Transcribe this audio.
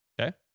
Okay